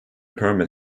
permit